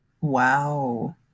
Wow